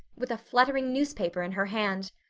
with a fluttering newspaper in her hand.